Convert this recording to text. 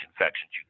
infections